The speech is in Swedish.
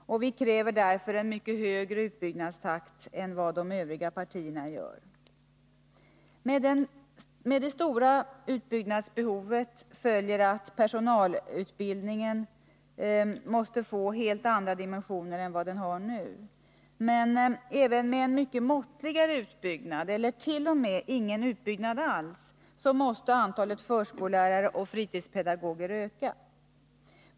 Vi kräver därför en mycket högre utbyggnadstakt än övriga partier gör. Med det stora utbyggnadsbehovet följer att personalutbildningen måste få helt andra dimensioner än vad den nu har. Men även med en mycket måttligare utbyggnad eller t.o.m. ingen utbyggnad alls måste antalet förskollärare och fritidspedagoger öka.